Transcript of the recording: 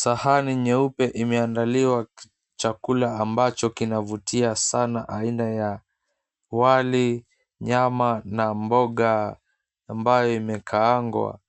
Sahani nyeupe imeandaliwa chakula ambacho kinavutia sana aina ya wali, nyama na mboga ambayo imekaangwa.